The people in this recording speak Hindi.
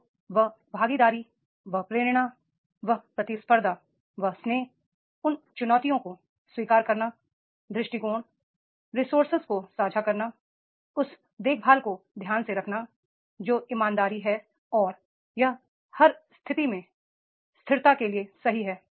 तो वह भागीदारी वह प्रेरणा वह प्रतिबद्धता वह स्नेह उन चुनौतियों को स्वीकार करना दृष्टिकोण संसाधनों को साझा करना उस देखभाल को ध्यान में रखना है जो ईमानदारी है और यह हर स्थिरता के लिए सही है